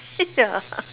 ya